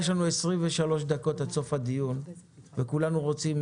יש לנו 23 דקות עד סוף הדיון וכולנו רוצים